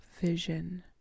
vision